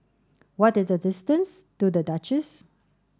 what is the distance to The Duchess